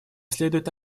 следует